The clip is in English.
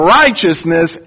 righteousness